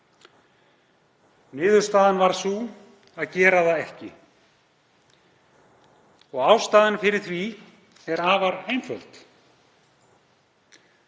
Niðurstaðan varð sú að gera það ekki og ástæðan fyrir því er afar einföld: